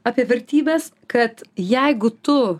apie vertybes kad jeigu tu